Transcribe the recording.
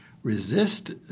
resist